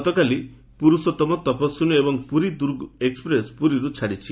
ଗତକାଲି ପୁରୁଷୋଉମ ତପସ୍ୱିନୀ ଏବଂ ପୁରୀ ଦୂର୍ଗ ଏକ୍ପ୍ରେସ୍ ପୁରୀରୁ ଛାଡ଼ିଛି